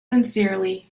sincerely